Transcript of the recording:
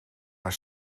haar